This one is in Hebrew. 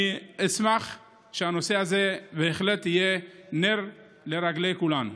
אני אשמח שהנושא הזה בהחלט יהיה נר לרגלי כולנו.